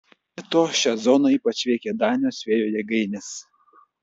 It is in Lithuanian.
be to šią zoną ypač veikia danijos vėjo jėgainės